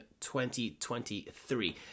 2023